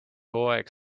hooaeg